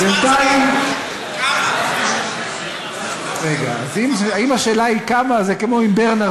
זה הכי קשה, לעזוב בן-אדם מדמם ולהגיד: